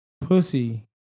Pussy